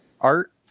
art